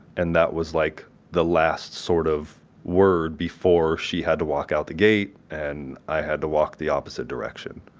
and that was like the last sort of word before she had to walk out the gate and i had to walk the opposite direction.